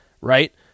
right